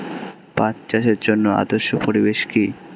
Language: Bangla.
পাট চাষের জন্য আদর্শ পরিবেশ কি?